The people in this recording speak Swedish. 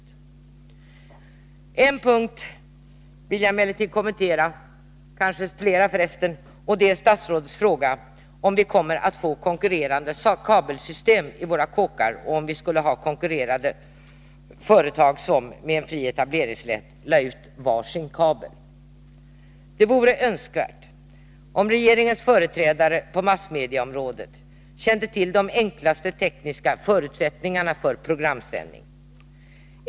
En av de punkter jag vill kommentera är statsrådets fråga om vi kommer att få konkurrerande kabelsystem i våra kåkar och om vi skulle ha konkurrerande företag som — med en fri Det vore önskvärt om regeringens företrädare på massmedieområdet kände till de enklaste tekniska förutsättningarna för programsändning.